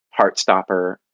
Heartstopper